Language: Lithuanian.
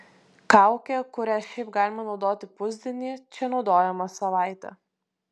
kaukė kurią šiaip galima naudoti pusdienį čia naudojama savaitę